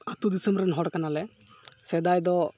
ᱟᱛᱳ ᱫᱤᱥᱚᱢᱨᱮᱱ ᱦᱚᱲ ᱠᱟᱱᱟᱞᱮ ᱥᱮᱫᱟᱭᱫᱚ